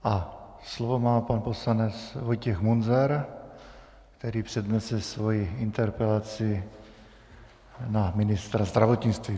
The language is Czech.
A slovo má pan poslanec Vojtěch Munzar, který přednese svoji interpelaci na ministra zdravotnictví.